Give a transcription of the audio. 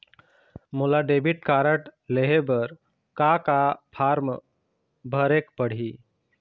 मोला debit card लेहे बर का का फार्म भरेक पड़ही?